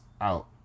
out